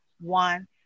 one